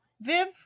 viv